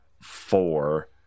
four